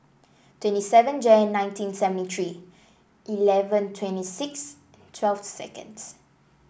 twenty seven Jan nineteen seventy three eleven twenty six twelve seconds